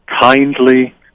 kindly